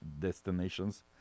destinations